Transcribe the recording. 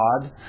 God